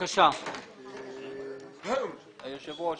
היושב ראש,